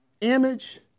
image